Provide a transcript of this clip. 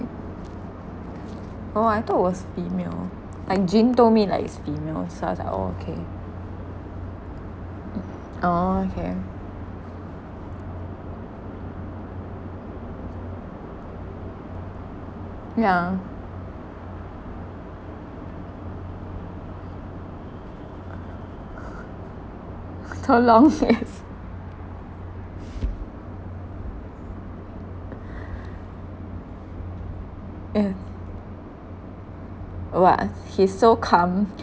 oh I thought it was female like jin told me like is female so I was like oh okay oh okay yeah too long yes yes !wah! he's so calm